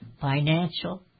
financial